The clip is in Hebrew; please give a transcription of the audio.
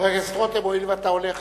חבר הכנסת רותם, הואיל ואתה הולך